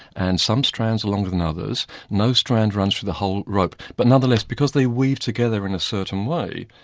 and some strands are longer than others no strand runs for the whole rope, but nonetheless, because they weave together in a certain way,